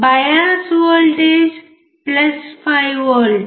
bias voltage 5V